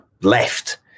left